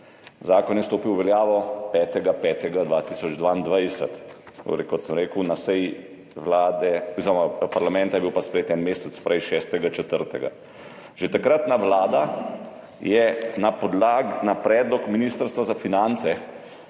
Zakon je stopil v veljavo 5. 5. 2022. Kot sem rekel, na seji parlamenta pa je bil sprejet en mesec prej, 6. 4. Že takratna vlada je na predlog Ministrstva za finance